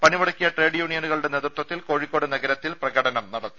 പണിമുടക്കിയ trade യൂണിയനുകളുടെ നേതൃത്വത്തിൽ കോഴിക്കോട് നഗരത്തിൽ പ്രകടനം നടത്തി